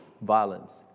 violence